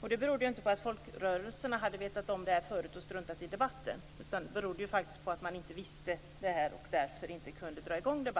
Det berodde inte på att folkrörelserna hade känt till avtalet och struntat i debatten, utan det berodde på att man inte visste någonting.